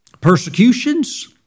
persecutions